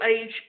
age